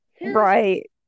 Right